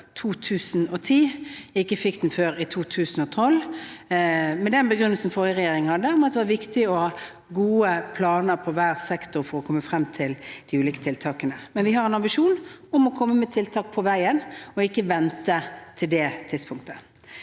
2010, ikke fikk den før i 2012 – med den begrunnelsen fra den forrige regjeringen at det er viktig å ha gode planer på hver sektor for å komme frem til de ulike tiltakene. Men vi har en ambisjon om å komme med tiltak på veien og ikke vente til det tidspunktet.